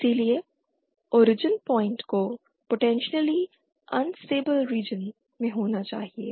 इसलिए origin point को potentially unstable region में होना चाहिए